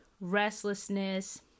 restlessness